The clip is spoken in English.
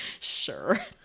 sure